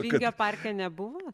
vingio parke nebuvo